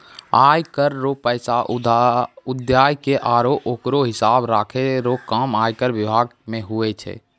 आय कर रो पैसा उघाय के आरो ओकरो हिसाब राखै रो काम आयकर बिभाग मे हुवै छै